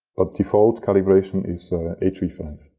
but default calibration is h v five.